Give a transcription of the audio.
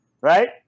right